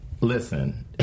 listen